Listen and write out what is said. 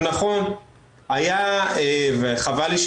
הוא לא מעסיק אותה משרה מלאה, האמת חייבת